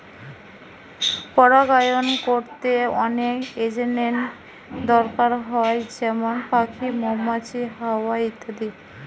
পরাগায়ন কোরতে অনেক এজেন্টের দোরকার হয় যেমন পাখি, মৌমাছি, হাওয়া ইত্যাদি